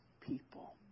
people